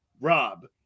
rob